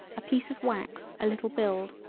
a piece of wax a little build.